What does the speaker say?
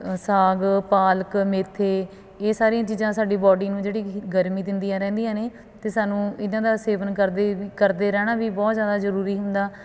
ਸਾਗ ਪਾਲਕ ਮੇਥੇ ਇਹ ਸਾਰੀਆਂ ਚੀਜ਼ਾਂ ਸਾਡੀ ਬੋਡੀ ਨੂੰ ਜਿਹੜੀ ਗਰਮੀ ਦਿੰਦੀਆਂ ਰਹਿੰਦੀਆਂ ਨੇ ਅਤੇ ਸਾਨੂੰ ਇਨ੍ਹਾਂ ਦਾ ਸੇਵਨ ਕਰਦੇ ਕਰਦੇ ਰਹਿਣਾ ਵੀ ਬਹੁਤ ਜ਼ਿਆਦਾ ਜ਼ਰੂਰੀ ਹੁੰਦਾ